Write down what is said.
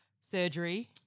surgery